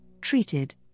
treated